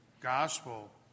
Gospel